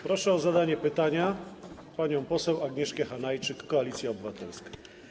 Proszę o zadanie pytania panią poseł Agnieszkę Hanajczyk, Koalicja Obywatelska.